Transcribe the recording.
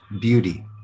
beauty